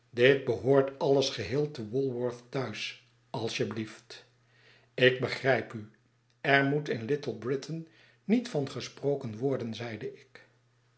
dit behoort alles geheel te walworth thuis als je blieft ik begrijp u er moetin little britain niet van gesproken worden zeide ik